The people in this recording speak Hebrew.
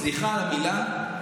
סליחה על המילה,